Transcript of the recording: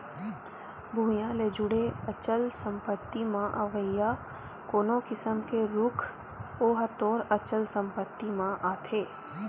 भुइँया ले जुड़े अचल संपत्ति म अवइया कोनो किसम के रूख ओहा तोर अचल संपत्ति म आथे